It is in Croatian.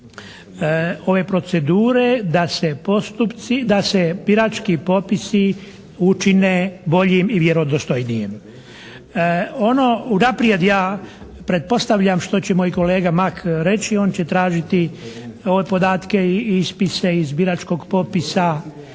ove procedure da se postupci, da se birački popisi učine boljim i vjerodostojnijim. Ono, unaprijed ja pretpostavljam što će moj kolega Mak reći. On će tražiti podatke i ispise iz biračkog popisa